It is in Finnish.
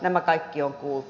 nämä kaikki on kuultu